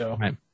right